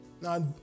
Now